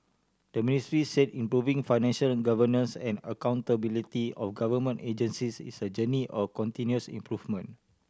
the Ministry said improving financial governance and accountability of government agencies is a journey of continuous improvement